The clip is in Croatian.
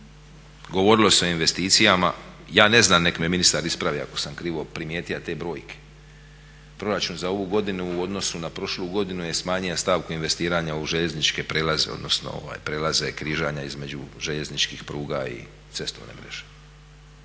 govorilo se o investicijama, ja ne znam neka me ministar ispravi ako sam krivo primijetio te brojke, proračun za ovu godinu u odnosu na prošlu godinu je smanjio stavku investiranja u željezničke prijelaze odnosno prijelaze i križanja između željezničkih pruga i cestovne mreže.